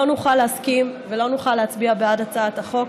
לא נוכל להסכים ולא נוכל להצביע בעד הצעת החוק,